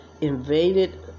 invaded